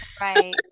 right